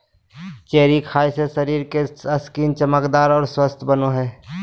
cherry खाय से शरीर के स्किन चमकदार आर स्वस्थ बनो हय